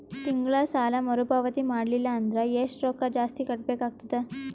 ತಿಂಗಳ ಸಾಲಾ ಮರು ಪಾವತಿ ಮಾಡಲಿಲ್ಲ ಅಂದರ ಎಷ್ಟ ರೊಕ್ಕ ಜಾಸ್ತಿ ಕಟ್ಟಬೇಕಾಗತದ?